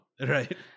Right